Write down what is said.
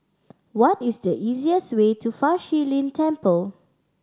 what is the easiest way to Fa Shi Lin Temple